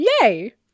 Yay